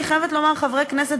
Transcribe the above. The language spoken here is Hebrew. אני חייבת לומר באומץ,